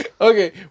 Okay